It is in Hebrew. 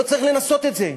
לא צריך לנסות את זה.